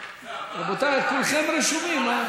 רבותיי, כולכם רשומים.